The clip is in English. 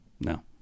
No